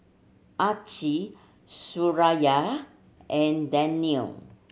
Aqil Suraya and Daniel